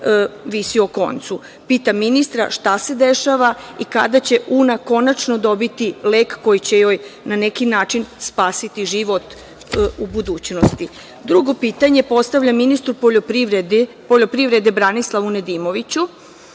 visi o koncu. Pitam ministra – šta se dešava i kada će Una konačno dobiti lek koji će joj na neki način spasiti život u budućnosti? Drugo pitanje postavljam pitanje ministru poljoprivrede Branislavu Nedimoviću